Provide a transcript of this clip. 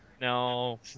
No